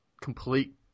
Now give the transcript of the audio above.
complete